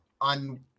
on